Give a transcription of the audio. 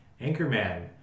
Anchorman